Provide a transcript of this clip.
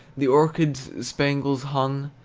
the orchards spangles hung.